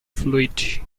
fluid